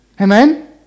Amen